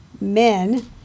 men